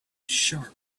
sharp